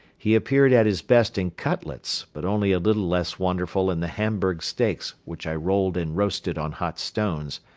he appeared at his best in cutlets but only a little less wonderful in the hamburg steaks which i rolled and roasted on hot stones,